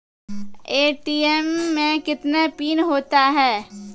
ATM मे कितने PIN होता हैं?